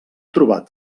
trobat